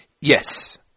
Yes